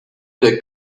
der